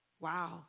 Wow